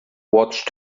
watched